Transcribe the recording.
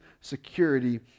security